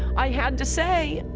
i had to say,